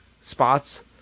spots